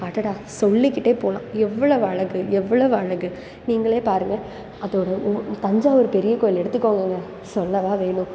அடடா சொல்லிக்கிட்டே போகலாம் எவ்வளவு அழகு எவ்வளவு அழகு நீங்களே பாருங்கள் அதோடு உ தஞ்சாவூர் பெரிய கோவில் எடுத்துக்கோங்கங்க சொல்லவா வேணும்